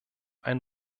ein